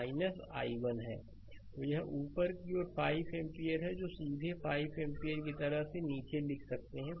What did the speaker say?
slide समय देखें 1545 तो यह ऊपर की ओर 5 एम्पीयर है जो सीधे भी 5 एम्पीयर को जिस तरह से चाहे लिख सकता है